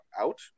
out